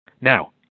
Now